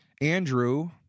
Andrew